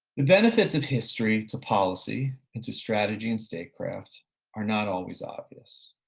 the benefits of history to policy and to strategy and statecraft are not always obvious.